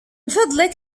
فضلك